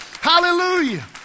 Hallelujah